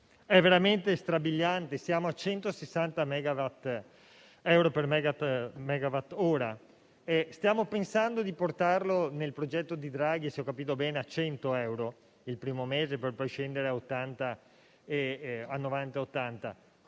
È veramente strabiliante: siamo a 160 euro per megawattora; ma stiamo pensando di portarlo - nel progetto del presidente Draghi, se ho capito bene - a 100 euro il primo mese, per poi scendere a 90-80 euro.